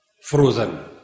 frozen